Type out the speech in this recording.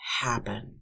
happen